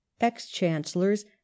ex-Chancellors